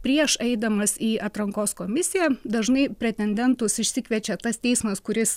prieš eidamas į atrankos komisiją dažnai pretendentus išsikviečia tas teismas kuris